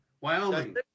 Wyoming